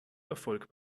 erfolg